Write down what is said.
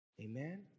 Amen